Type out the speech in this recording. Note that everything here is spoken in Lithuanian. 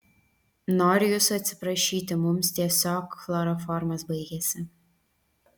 noriu jūsų atsiprašyti mums tiesiog chloroformas baigėsi